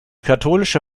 katholische